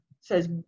says